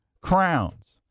crowns